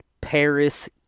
Paris